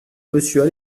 monsieur